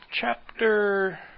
chapter